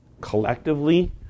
collectively